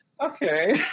okay